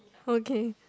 okay